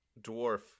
dwarf